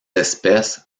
espèces